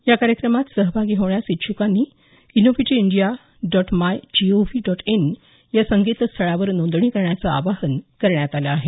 या कार्यक्रमात सहभागी होण्यास इच्छ्कांनी innovative India dot my gov dot in या संकेतस्थळावर नोंदणी करण्याचं आवाहन करण्यात आलं आहे